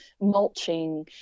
mulching